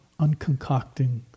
unconcocting